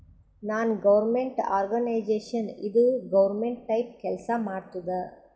ನಾನ್ government organisation ಇದು government type ಕೆಲ್ಸಾ ಮಾಡತ್ತುದ್